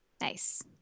Nice